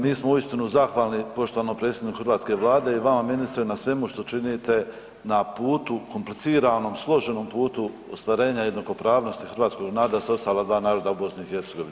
Mi smo uistinu zahvalni poštovanom predsjedniku hrvatske Vlade i vama ministre na svemu što činite na putu kompliciranom, složenom putu ostvarenja jednakopravnosti hrvatskog naroda sa ostala dva naroda u BiH.